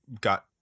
got